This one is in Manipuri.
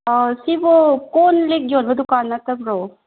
ꯁꯤꯕꯨ ꯀꯣꯜ ꯂꯤꯛ ꯌꯣꯟꯕ ꯗꯨꯀꯥꯟ ꯅꯠꯇꯕ꯭ꯔꯣ